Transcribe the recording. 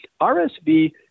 RSV